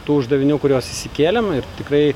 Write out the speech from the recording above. tų uždavinių kuriuos išsikėlėm ir tikrai